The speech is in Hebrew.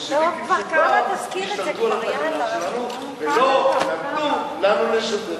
והבולשביקים של פעם השתלטו על התחנה שלנו ולא נתנו לנו לשדר.